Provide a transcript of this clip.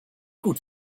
gut